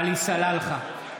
עלי סלאלחה,